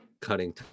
cutting